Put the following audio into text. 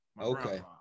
Okay